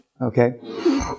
okay